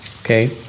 Okay